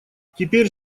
теперь